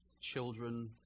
Children